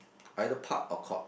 either park or court